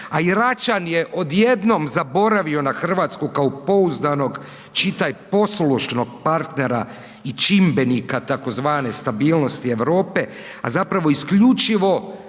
a i Račan je odjednom zaboravio na RH kao pouzdanog, čitaj, poslušnog partnera i čimbenika tzv. stabilnosti Europe, a zapravo isključivo